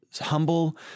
humble